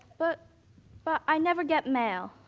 but but i never get mail.